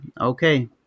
Okay